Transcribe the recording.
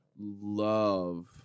love